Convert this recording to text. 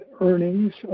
Earnings